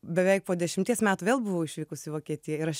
beveik po dešimties metų vėl buvau išvykus į vokietiją ir aš